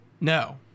no